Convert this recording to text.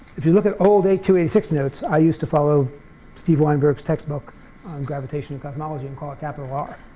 if you look at old a two eight six notes, i used to follow steve weinberg's textbook on gravitation and cosmology and call it capital r,